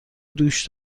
دوش